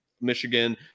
Michigan